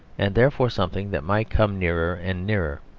and therefore something that might come nearer and nearer.